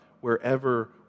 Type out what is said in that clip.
wherever